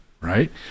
Right